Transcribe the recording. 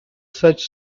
such